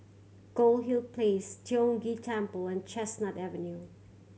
Goldhill Place Tiong Ghee Temple and Chestnut Avenue